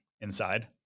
inside